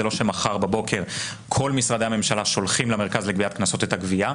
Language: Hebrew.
זה לא שמחר בבוקר כל משרדי הממשלה שולחים למרכז לגביית קנסות את הגבייה.